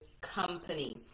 company